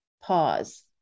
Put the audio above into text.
pause